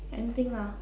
anything lah